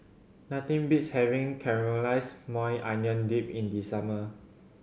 nothing beats having Caramelized Maui Onion Dip in the summer